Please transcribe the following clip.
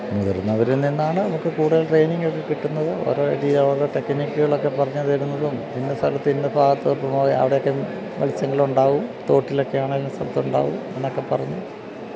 മുതിര്ന്നവരില് നിന്നാണ് നമുക്ക് കൂടുതൽ ട്രെയിനിങ്ങ് ഒക്കെ കിട്ടുന്നത് ഓരോ രീതി ഓരോ ടെക്നിക്കുകളൊക്കെ പറഞ്ഞുതരുന്നതും ഇന്ന സ്ഥലത്ത് ഇന്ന ഭാഗത്തോട്ട് പോയാല് അവിടെയൊക്കെ മത്സ്യങ്ങളുണ്ടാകും തോട്ടിലൊക്കെയാണെങ്കില് ഇന്ന സ്ഥലത്തുണ്ടാകും എന്നൊക്കെ പറഞ്ഞ്